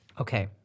okay